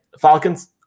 Falcons